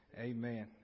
Amen